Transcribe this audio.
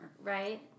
right